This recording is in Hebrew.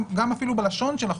אפילו בלשון של החוק,